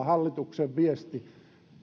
hallituksen viesti todella